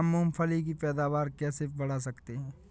हम मूंगफली की पैदावार कैसे बढ़ा सकते हैं?